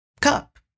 cup